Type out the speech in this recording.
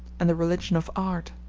and the religion of art.